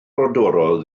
brodorol